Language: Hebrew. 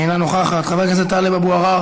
אינה נוכחת, חבר הכנסת טלב אבו עראר